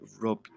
Rob